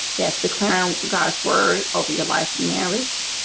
yes declare um god's word over your life in marriage